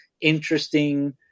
interesting